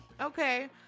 okay